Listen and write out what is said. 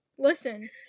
Listen